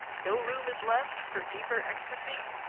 no room is left for deeper ecstasy?